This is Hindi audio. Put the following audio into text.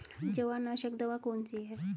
जवारनाशक दवा कौन सी है?